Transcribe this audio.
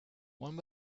one